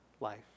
life